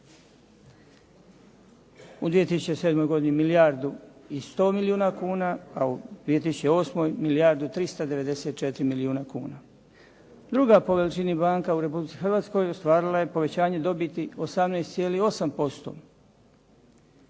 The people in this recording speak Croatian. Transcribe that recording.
U 2007. godini milijardu i 100 milijuna kuna a u 2008. milijardu i 394 milijuna kuna. Druga po veličini banka u Republici Hrvatskoj ostvarila je povećanje dobiti 18,8%.